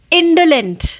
indolent